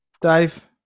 dave